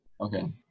okay